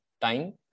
time